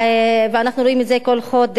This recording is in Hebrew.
ואנחנו רואים את זה בכל חודש,